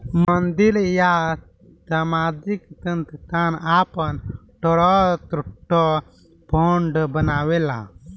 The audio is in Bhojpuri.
मंदिर या सामाजिक संस्थान आपन ट्रस्ट फंड बनावेला